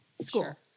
school